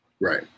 Right